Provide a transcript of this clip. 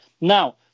Now